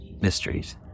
mysteries